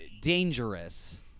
dangerous